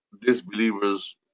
disbelievers